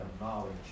knowledge